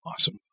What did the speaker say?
Awesome